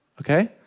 Okay